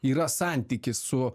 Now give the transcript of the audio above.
yra santykis su